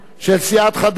של סיעת חד"ש,